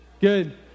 good